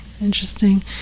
Interesting